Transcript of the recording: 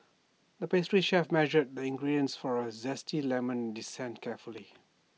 the pastry chef measured the ingredients for A Zesty Lemon Dessert carefully